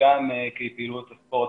גם כי פעילות הספורט,